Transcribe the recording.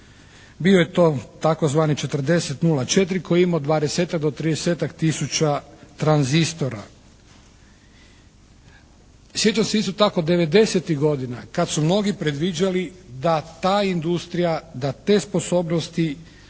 Bio je to tzv. 40 04 koji je imao 20-tak do 30-tak tisuća tranzistora. Sjećam se isto tako 90-tih godina kad su mnogi predviđali da ta industrija, da te sposobnosti,